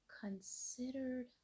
considered